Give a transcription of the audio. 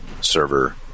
server